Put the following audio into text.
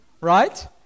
right